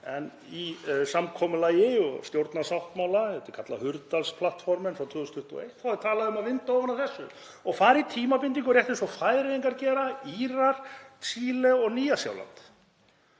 en í samkomulagi og stjórnarsáttmála, þetta er kallað Hurdalsplattformen frá 2021, er talað um að vinda ofan af þessu og fara í tímabindingu rétt eins og Færeyingar gera og Írar og í Chile og á Nýja-Sjálandi.